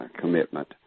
commitment